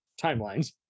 timelines